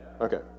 Okay